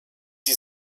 die